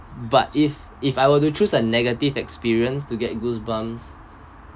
but if if I were to choose a negative experience to get goosebumps